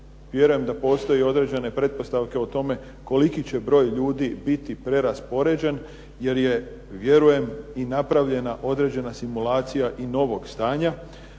Vjerujem da postoje određene pretpostavke o tome koliki će broj ljudi biti preraspoređen jer je vjerujem i napravljena određena simulacija i novog stanja,